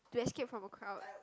to escape from a crowd